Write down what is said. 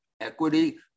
equity